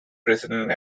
president